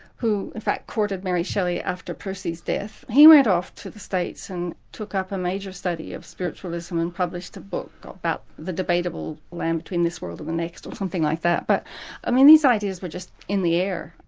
who in fact courted mary shelley after percy's death, he went off to the states and took up a major study of spiritualism and published a book about the debatable land between this world and the next or something like that, but i mean these ideas were just in the air,